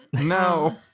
No